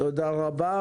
תודה רבה.